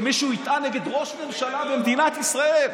שמישהו יטען נגד ראש ממשלה במדינת ישראל,